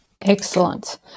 Excellent